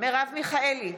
מרב מיכאלי,